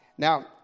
Now